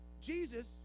Jesus